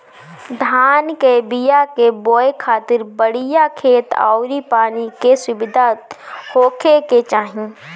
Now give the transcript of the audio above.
धान कअ बिया के बोए खातिर बढ़िया खेत अउरी पानी के सुविधा होखे के चाही